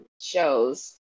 shows